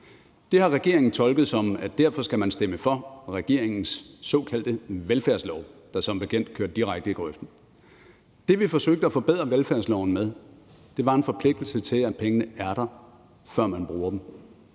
Det har regeringen tolket sådan, at man derfor skal stemme for regeringens såkaldte velfærdslov, der som bekendt kører direkte i grøften. Det, vi forsøgte at forbedre velfærdsloven med, var en forpligtelse til, at pengene er der, før man bruger dem.